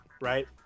right